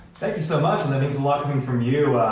thank you so much, and that means a lot coming from you,